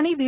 आणि व्ही